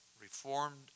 Reformed